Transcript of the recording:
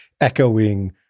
echoing